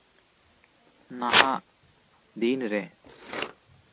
ᱱᱟᱦᱟᱜ ᱫᱤᱱᱨᱮ